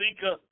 seeker